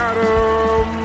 Adam